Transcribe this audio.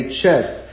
chest